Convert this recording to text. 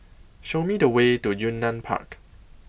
Show Me The Way to Yunnan Park